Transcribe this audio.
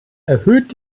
erhöht